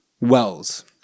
Wells